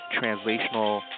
translational